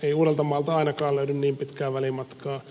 ei uudeltamaalta ainakaan löydy niin pitkää välimatkaa